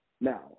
Now